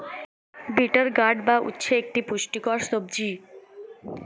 bitter gourd বা উচ্ছে একটি পুষ্টিকর সবজি